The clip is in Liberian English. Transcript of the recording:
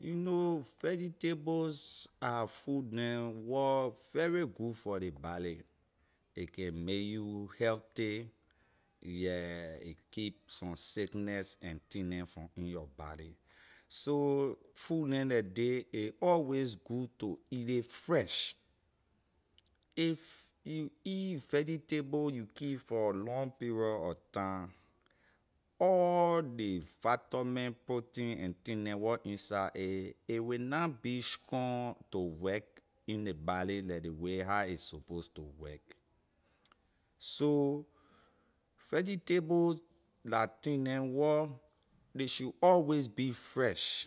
You know vegetables are food neh wor very good for ley body a can make you healthy yeah a keep some sickness and thing neh from in your body so food neh leh day a always good to eat ley fresh if you eat vegetable you keep for long period of time all ley vitamin protein and thing neh wor inside a will na be strong to work in ley body like ley how a suppose to work so vegetables la thing neh wor ley should always be fresh